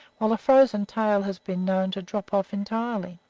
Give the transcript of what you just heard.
while a frozen tail has been known to drop off entirely.